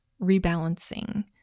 rebalancing